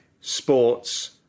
sports